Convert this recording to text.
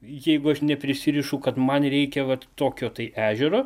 jeigu aš neprisirišu kad man reikia vat tokio tai ežero